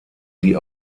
sie